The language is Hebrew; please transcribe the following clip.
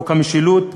חוק המשילות,